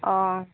ᱚᱻ